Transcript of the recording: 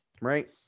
right